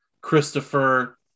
Christopher